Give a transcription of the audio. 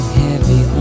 heavy